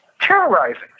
terrorizing